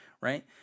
right